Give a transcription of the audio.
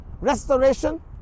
restoration